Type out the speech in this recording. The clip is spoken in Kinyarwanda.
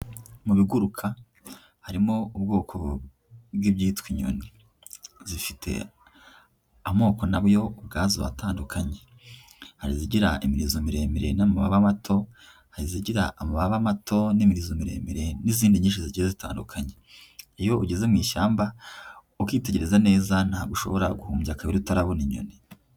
Mu biguruka harimo ubwoko bw'ibyitwa inyoni. Zifite amoko na byo ubwazo atandukanye, hari izigira imirizo miremire n'amababa mato, hari izigira amababa mato n'imirizo miremire n'izindi nyinshi zigiye zitandukanye. Iyo ugeze mu ishyamba ukitegereza neza ntabwo ushobora guhumbya kabiri utabona inyoni.